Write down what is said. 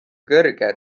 kõrge